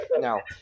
Now